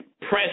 press